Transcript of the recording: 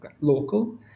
local